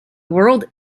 world